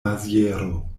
maziero